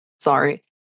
Sorry